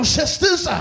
sisters